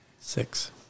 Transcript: Six